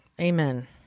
Amen